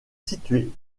situés